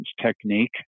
technique